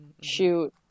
shoot